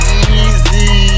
easy